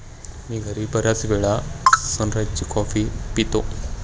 मी घरी बर्याचवेळा सनराइज ची कॉफी पितो